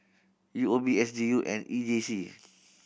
U O B S D U and E J C